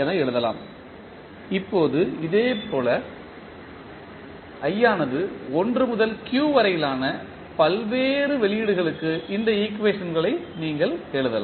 என எழுதலாம் இப்போது இதேபோல் I ஆனது 1 முதல் q வரையிலான பல்வேறு வெளியீடுகளுக்கு இந்த ஈக்குவேஷன்களை நீங்கள் எழுதலாம்